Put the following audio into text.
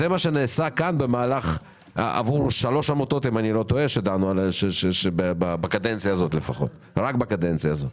זה מה נעשה כאן לגבי שלוש עמותות שדנו עליהן רק בקדנציה הזאת.